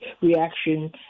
reaction